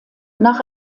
nach